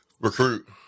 recruit